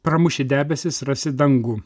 pramuši debesis rasi dangų